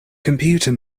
computer